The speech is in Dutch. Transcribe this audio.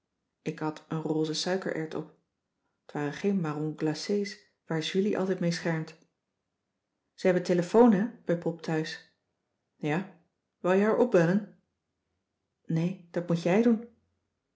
ik at een rose suikererwt op t waren geen marrons glacées waar julie altijd mee schermt ze hebben telefoon hè bij pop thuis ja wou je haar opbellen nee dat moet jij doen